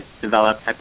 developed